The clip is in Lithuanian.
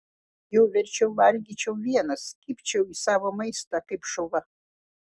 jau verčiau valgyčiau vienas kibčiau į savo maistą kaip šuva